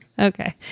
Okay